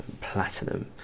platinum